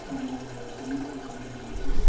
அந்த சமூகத்தை சேர்ந்தவங்களுக்கு